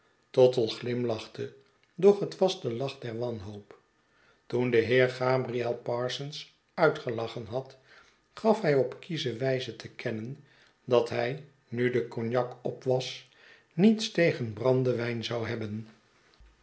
tottle glimlachte doch het was de lach der wanhoop toen de heer gabriel parsons uitgelachen had gaf hij op kiesche wijze te kennen dat hij nu de cognac op was niets tegen brandewijn zou hebben